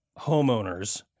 homeowners